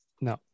No